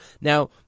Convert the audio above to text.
Now